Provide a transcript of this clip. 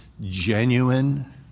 genuine